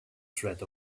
threat